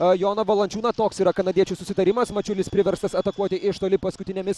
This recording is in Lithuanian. a joną valančiūną toks yra kanadiečių susitarimas mačiulis priverstas atakuoti iš toli paskutinėmis